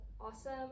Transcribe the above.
awesome